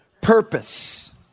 purpose